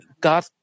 God